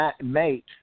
mate